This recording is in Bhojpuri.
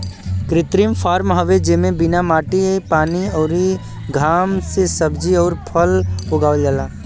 कृत्रिम फॉर्म हवे जेमे बिना माटी पानी अउरी घाम के सब्जी अउर फल उगावल जाला